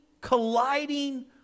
colliding